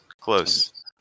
Close